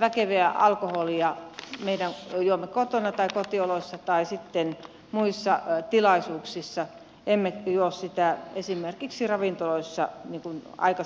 väkevää alkoholia me juomme kotona tai kotioloissa tai sitten muissa tilaisuuksissa emmekä juo sitä esimerkiksi ravintoloissa niin kuin aikaisemmin on tehty